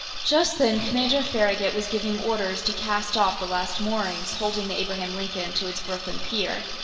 just then commander farragut was giving orders to cast off the last moorings holding the abraham lincoln to its brooklyn pier.